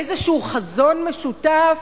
איזה חזון משותף?